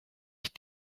ich